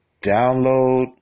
Download